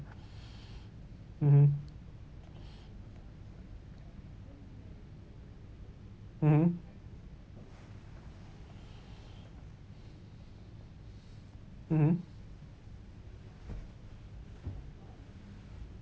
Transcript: mmhmm mmhmm mmhmm